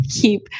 keep